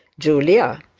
julia,